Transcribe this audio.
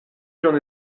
j’en